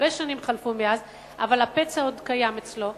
הרבה שנים חלפו מאז, אבל הפצע עוד קיים אצלו,